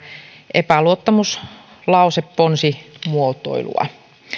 epäluottamuslauseponsimuotoilua